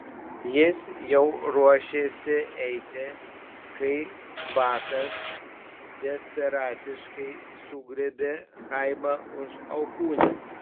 jis jau ruošėsi eiti kai bakas desperatiškai sugriebė chaimą už alkūnės